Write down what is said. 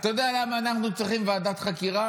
אתה יודע למה אנחנו צריכים ועדת חקירה?